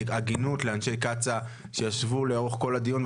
לאנשי קצא"א שישבו והקשיבו לאורך כל הדיון,